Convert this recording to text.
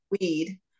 weed